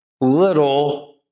little